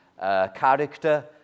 character